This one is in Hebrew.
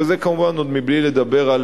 וזה כמובן עוד בלי לדבר על